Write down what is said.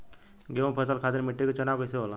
गेंहू फसल खातिर मिट्टी के चुनाव कईसे होला?